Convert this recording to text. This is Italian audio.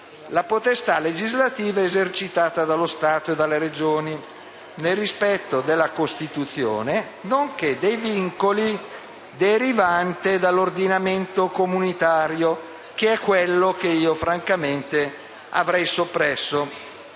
«La potestà legislativa è esercitata dallo Stato e dalle Regioni nel rispetto della Costituzione, nonché dei vincoli derivanti dall'ordinamento comunitario» (che è quello che io francamente avrei soppresso).